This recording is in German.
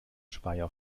speyer